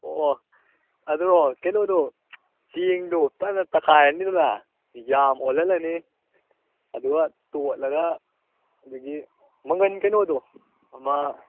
ꯑꯣ ꯑꯗꯨ ꯀꯩꯅꯣꯗꯣ ꯆꯦꯡꯗꯣ ꯐꯖꯅ ꯇꯛꯈꯥꯏꯔꯅꯤꯗꯅ ꯌꯥꯝ ꯑꯣꯜꯍꯜꯂꯅꯤ ꯑꯗꯨꯒ ꯇꯣꯠꯂꯒ ꯑꯗꯒꯤ ꯃꯪꯒꯟ ꯀꯩꯅꯣꯗꯣ ꯑꯃ